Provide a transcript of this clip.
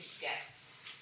guests